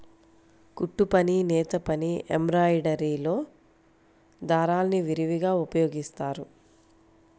కుట్టుపని, నేతపని, ఎంబ్రాయిడరీలో దారాల్ని విరివిగా ఉపయోగిస్తారు